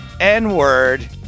N-Word